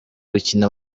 gukina